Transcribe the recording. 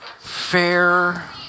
fair